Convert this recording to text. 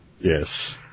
Yes